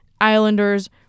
Islanders